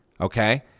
okay